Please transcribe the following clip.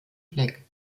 fleck